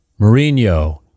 Mourinho